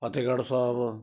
Fatehgarh Sahib